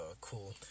cool